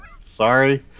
Sorry